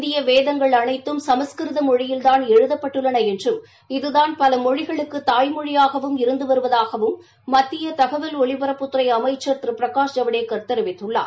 இந்திய வேதங்கள் அனைத்தும் சமஸ்கிருத மொழியில்தான் எழுதப்பட்டுள்ளன என்றும் இதுதான் பல மொழிகளுக்கு தாய் மொழியாகவும் இருந்து வருவதாகவும் மத்திய தகவல் ஒலிபரப்புத்துறை அமைச்சி திரு பிரகாஷ் ஜவடேக்கர் தெரிவித்துள்ளார்